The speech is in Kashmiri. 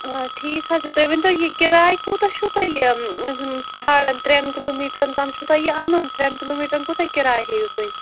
اۭں ٹھیٖک حظ چھُ تُہۍ ؤنۍتو یہِ کِراے کوٗتاہ چھُو تۄہہِ یہِ ژھانڈان ترٛٮ۪ن کِلوٗ میٖٹرَن تام چھُو تۄہہِ یہِ اَنُن ترٛٮ۪ن کِلوٗ میٖٹرَن کوٗتاہ کِراے ہیٚیِو تُہۍ